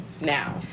now